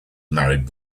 married